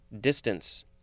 distance